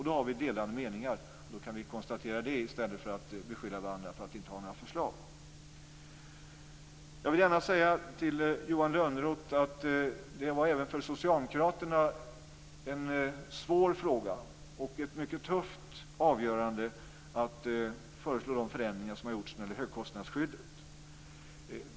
Då har vi delade meningar och då kan vi konstatera det i stället för att beskylla varandra för att inte ha några förslag. Jag vill gärna säga till Johan Lönnroth att det även för Socialdemokraterna har varit en svår fråga och ett mycket tufft avgörande att föreslå de förändringar som gjorts när det gäller högkostnadsskyddet.